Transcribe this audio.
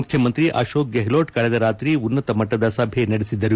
ಮುಖ್ಯಮಂತ್ರಿ ಅಶೋಕ್ ಗೆಹ್ಲೋಟ್ ಕಳೆದ ರಾತ್ರಿ ಉನ್ನತಮಟ್ಟದ ಸಭೆ ನಡೆಸಿದರು